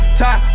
top